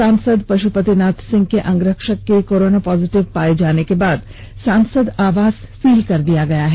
सांसद पशुपति नाथ सिंह के अंगरक्षक के कोरोना पॉजिटिव पाए जाए के बाद सांसद आवास को सील कर दिया गया है